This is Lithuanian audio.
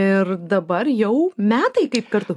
ir dabar jau metai kaip kartu